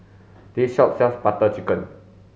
this shop sells Butter Chicken